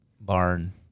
barn